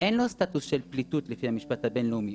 אין לו סטטוס של פליטות לפי המשפט הבין-לאומי.